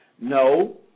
no